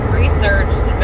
researched